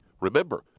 Remember